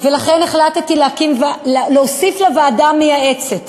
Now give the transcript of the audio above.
ולכן החלטתי להוסיף לוועדה המייעצת